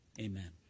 Amen